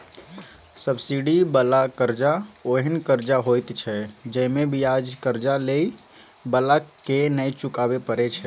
subsidy बला कर्जा ओहेन कर्जा होइत छै जइमे बियाज कर्जा लेइ बला के नै चुकाबे परे छै